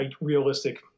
realistic